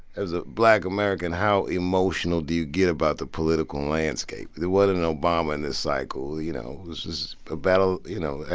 as a black american, how emotional do you get about the political landscape? there wasn't an obama in this cycle you know, this is a battle you know.